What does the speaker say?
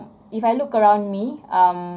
if I look around me um